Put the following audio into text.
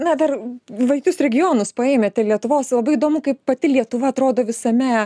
na dar vaikus regionus paėmėte lietuvos labai įdomu kaip pati lietuva atrodo visame